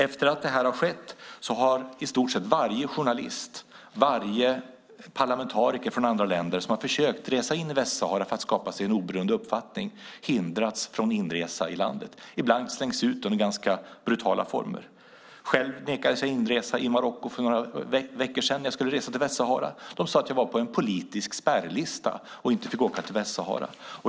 Efter det som skett har i stort sett varje journalist och parlamentariker som försökt resa in i Västsahara för att skapa sig en oberoende uppfattning hindrats från inresa i landet. Ibland har de slängts ut under ganska brutala former. Själv nekades jag inresa i Marocko för några veckor sedan. Jag skulle resa till Västsahara. De sade att jag stod på en politisk spärrlista och fick inte åka till Västsahara.